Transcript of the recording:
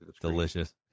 Delicious